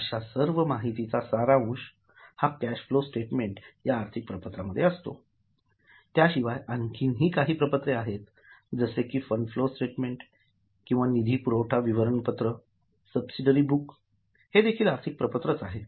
अश्या सर्व माहितीचा सारांश कॅश फ्लो स्टेटमेंट या आर्थिक प्रपत्रामध्ये असतो त्याशिवाय आणखीही काही प्रपत्रे आहेत जसे की फंड फ्लो स्टेटमेंट किंवा निधी पुरवठा विवरणपत्र सबसिडीयरी बुक हे देखील आर्थिक प्रपत्र आहे